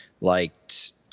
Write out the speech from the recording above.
liked